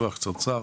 דיווח קצרצר